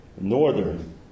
northern